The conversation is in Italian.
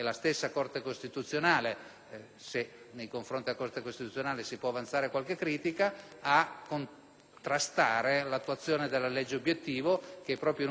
(se nei confronti della Corte costituzionale si può avanzare qualche critica) nel contrastare l'attuazione della legge obiettivo, che, proprio in un periodo di recessione come questo,